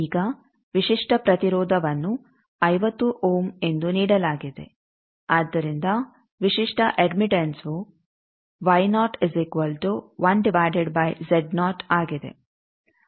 ಈಗ ವಿಶಿಷ್ಟ ಪ್ರತಿರೋಧವನ್ನು 50 ಓಮ್ ಎಂದು ನೀಡಲಾಗಿದೆ ಆದ್ದರಿಂದ ವಿಶಿಷ್ಟ ಅಡ್ಮಿಟಂಸ್ ವು ಆಗಿದೆ